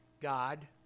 God